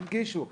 הנגישו.